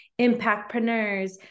impactpreneurs